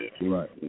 right